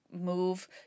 move